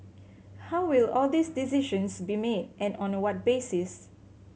how will all these decisions be made and on the what basis